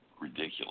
ridiculous